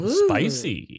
spicy